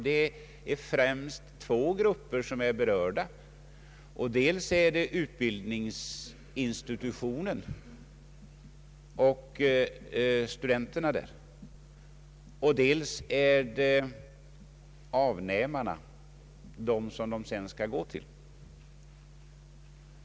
Det är framför allt två grupper som berörs av frågan, nämligen dels utbildningsinstitutionen och studenterna där, dels avnämarna, dvs. dem som studenterna sedan skall gå till.